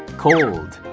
cold